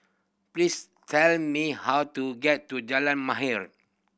please tell me how to get to Jalan Mahir